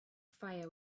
fire